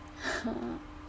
!huh!